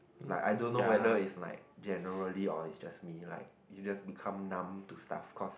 like I don't know whether is like generally or is just me like it's just become numb to stuff because